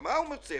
מה הוא מצא?